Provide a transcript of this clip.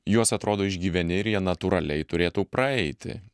juos atrodo išgyveni ir jie natūraliai turėtų praeiti